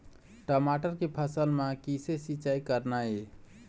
टमाटर के फसल म किसे सिचाई करना ये?